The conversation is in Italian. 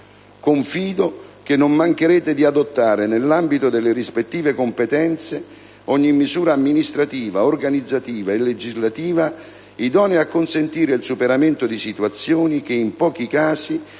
Confido che non mancherete di adottare, nell'ambito delle rispettive competenze, ogni misura amministrativa, organizzativa e legislativa idonea a consentire il superamento di situazioni che, in pochi casi,